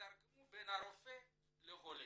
שיתרגמו בין הרופא לחולה.